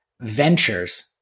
ventures